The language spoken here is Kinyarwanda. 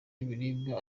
ibiribwa